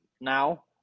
now